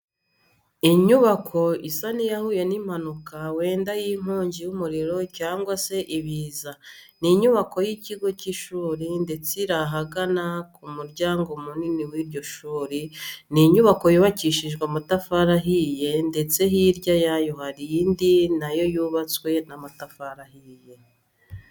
Inyubako isa n'iyahuye n'impanuka wenda y'inkongi y'umuriro cyangwa se ibiza, ni inyubako y'ikigo cy'ishuri ndetse iri ahagana ku muryango munini w'iryo shuri. Ni inyubako yubakishijwe amatafari ahiye ndetse hirya yayo hari indi na yo yubatswe n'amatafari ahiye.